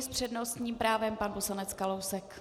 S přednostním právem pan poslanec Kalousek.